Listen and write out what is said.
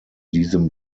diesem